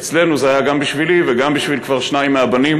אצלנו זה היה גם בשבילי וגם בשביל כבר שניים מהבנים,